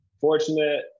fortunate